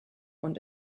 und